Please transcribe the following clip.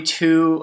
two